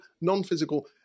non-physical